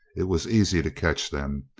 it was easy to catch them,